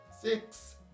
six